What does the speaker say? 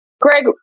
Greg